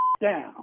down